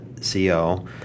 C-O